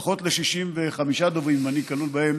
לפחות ל-65 דוברים, אם אני כלול בהם,